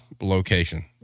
location